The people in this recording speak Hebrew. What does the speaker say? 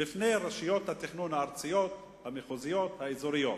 בפני רשויות התכנון הארציות, המחוזיות, האזוריות.